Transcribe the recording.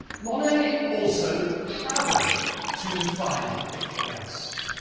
monet also travelled to find the picturesque.